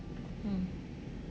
mm